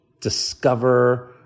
discover